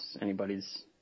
anybody's